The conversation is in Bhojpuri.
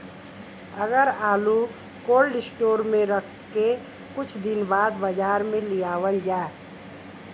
अगर आलू कोल्ड स्टोरेज में रख के कुछ दिन बाद बाजार में लियावल जा?